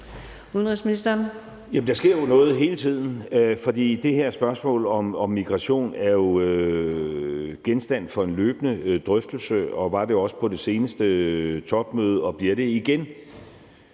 der sker jo noget hele tiden, for det her spørgsmål om migration er jo genstand for en løbende drøftelse og var det også på det seneste topmøde og bliver det igen,